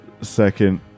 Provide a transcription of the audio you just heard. second